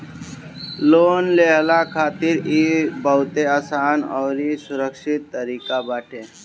loan लेहला खातिर इ बहुते आसान अउरी सुरक्षित तरीका बाटे